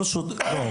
לא.